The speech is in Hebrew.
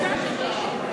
ישראלים?